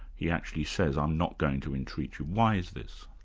he actually says, i'm not going to entreat you. why is this?